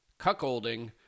cuckolding